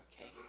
Okay